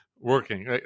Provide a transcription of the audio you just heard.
working